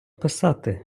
писати